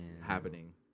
happening